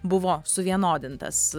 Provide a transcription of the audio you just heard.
buvo suvienodintas